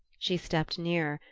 she stepped nearer,